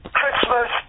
Christmas